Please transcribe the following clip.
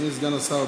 אדוני סגן השר,